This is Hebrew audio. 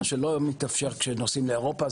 מה שלא מתאפשר כשנוסעים לאירופה,